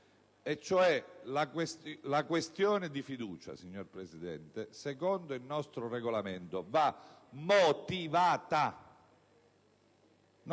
Gruppi: la questione di fiducia, signor Presidente, secondo il nostro Regolamento, deve essere motivata.